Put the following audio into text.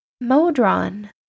Modron